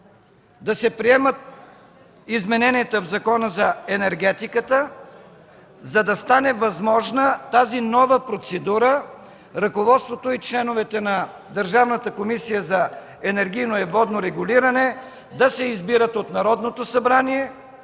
да се приемат измененията в Закона за енергетиката, за да стане възможна тази нова процедура – ръководството и членовете на Държавната комисия за енергийно и водно регулиране да се избират от Народното събрание,